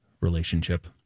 relationship